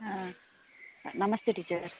ಹಾಂ ನಮಸ್ತೆ ಟೀಚರ್